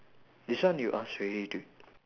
this one you ask already dude